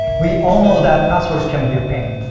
we all know that passwords can be a pain.